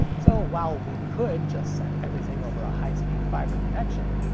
so, while we could just send everything over a high-speed fiber connection,